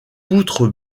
poutre